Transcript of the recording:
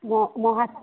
ମୁଁ ମହା